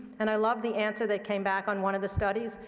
and i love the answer that came back on one of the studies.